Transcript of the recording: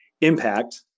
Impact